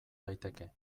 daiteke